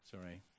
sorry